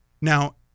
Now